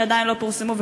שעדיין לא פורסמו,